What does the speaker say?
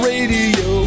Radio